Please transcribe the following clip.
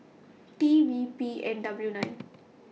T V P N W nine